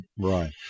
Right